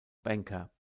banker